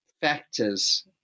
factors